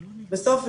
בסוף,